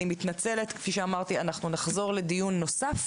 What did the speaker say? אני מתנצלת, כפי שאמרתי, אנחנו נחזור לדיון נוסף